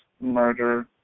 murder